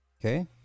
okay